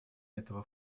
этого